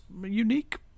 unique